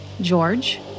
George